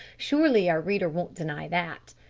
surely our reader won't deny that!